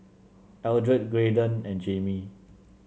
Eldred Graydon and Jaimee